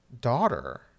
daughter